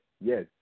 yes